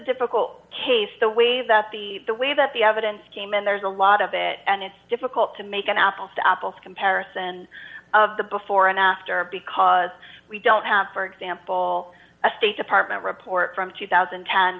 difficult case the way that the the way that the evidence came in there's a lot of it and it's difficult to make an apples to apples comparison of the before and after because we don't have for example a state department report from two thousand